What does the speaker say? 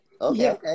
Okay